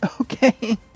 Okay